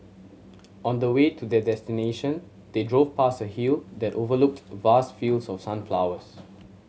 on the way to their destination they drove past a hill that overlooked vast fields of sunflowers